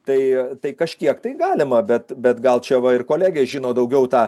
tai tai kažkiek tai galima bet bet gal čia va ir kolegė žino daugiau tą